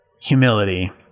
humility